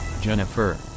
Jennifer